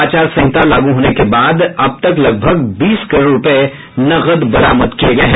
आचार संहिता लागू होने के बाद अब तक लगभग बीस करोड़ रूपये नकद बरामद किये गये हैं